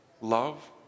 Love